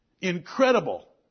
incredible